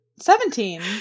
Seventeen